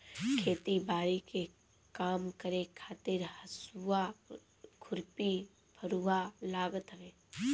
खेती बारी के काम करे खातिर हसुआ, खुरपी, फरुहा लागत हवे